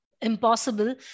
impossible